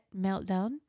meltdown